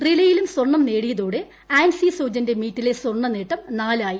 റ്റിലേയിലും സ്വർണം നേടിയതോടെ ആൻസി സോജന്റെ മീറ്റിലെ സ്വർണ്ണനേട്ടം നാലായി